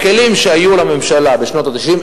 הכלים שהיו לממשלה בשנות ה-90,